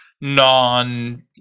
non